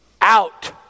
out